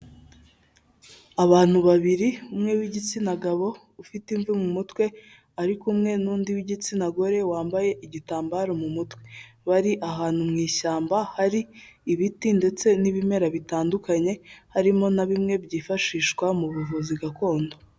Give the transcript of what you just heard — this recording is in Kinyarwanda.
Abantu babiri umwe w'igitsina gabo ufite imvi mu mutwe ari kumwe n'undi w'igitsina gore wambaye igitambaro mu mutwe, bari ahantu mu ishyamba hari ibiti ndetse n'ibimera bitandukanye, harimo na bimwe byifashishwa mu buvuzi gakondo.